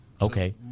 Okay